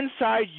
inside